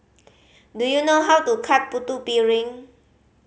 do you know how to cook Putu Piring